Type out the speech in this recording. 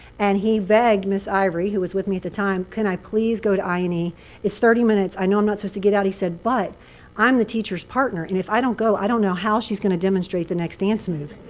and he begged ms. ivory, who was with me at the time, can i please go to i and e? it's thirty minutes. i know i'm not supposed to get out. he said, but i'm the teacher's partner. and if i don't go, i don't know how she's going to demonstrate the next dance move.